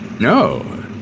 No